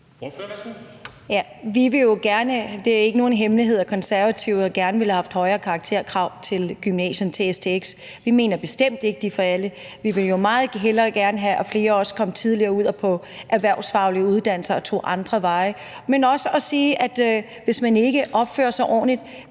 Ammitzbøll (KF): Det er ikke nogen hemmelighed, at Konservative gerne ville have haft højere karakterkrav til gymnasierne, til stx. Vi mener bestemt ikke, at de er for alle. Vi ville jo meget hellere have, at flere kom tidligere ud på erhvervsfaglige uddannelser og gik andre veje. Og hvis man ikke opfører sig ordentligt,